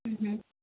હ હ